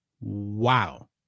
Wow